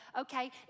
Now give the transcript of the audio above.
okay